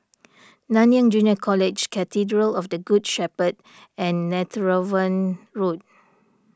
Nanyang Junior College Cathedral of the Good Shepherd and Netheravon Road